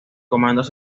comandos